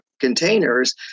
containers